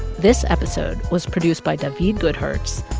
this episode was produced by daveed goodhertz,